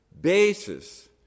basis